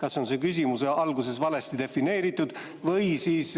kas oli see küsimus alguses valesti defineeritud või siis